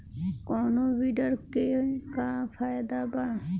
कौनो वीडर के का फायदा बा?